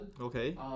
Okay